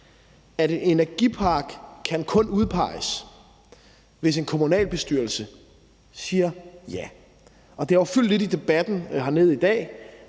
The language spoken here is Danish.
at en energipark kun kan udpeges, hvis en kommunalbestyrelse siger ja. Det har jo fyldt lidt i debatten hernede i dag,